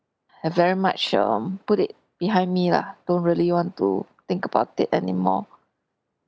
I very much um put it behind me lah don't really want to think about it anymore